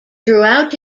throughout